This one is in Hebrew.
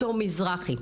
לדר' מזרחי,